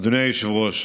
אדוני היושב-ראש,